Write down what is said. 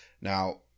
Now